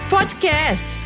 Podcast